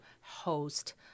host